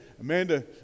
Amanda